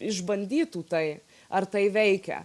išbandytų tai ar tai veikia